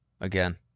again